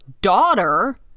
daughter